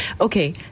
okay